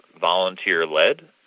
volunteer-led